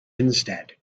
instead